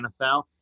NFL